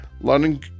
London